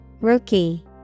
rookie